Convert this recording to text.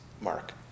mark